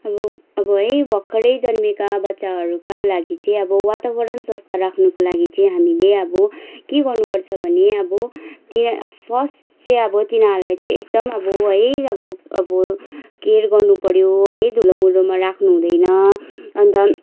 अब अब है भर्खरै जन्मिएका बच्चाहरूका लागि चाहिँ अब वातावरण स्वस्थ्य राख्नुको लागि चाहिँ हामीले अब के गर्न पर्छ भने अब तिनीहरू फर्स्ट चाहिँ अब तिनीहरूलाई चाहिँ एकदम अब है अब अब केयर गर्नु पऱ्यो है धुलो मुलोमा राख्नु हुँदैन अन्त